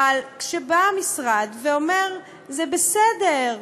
אבל כשבא המשרד ואומר: זה בסדר,